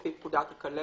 לפי פקודת הכלבת,